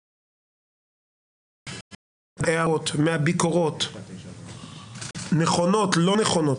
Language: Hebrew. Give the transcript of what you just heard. חלק מההערות, מהביקורות, נכונות, לא נכונות,